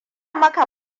maka